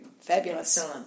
Fabulous